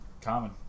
common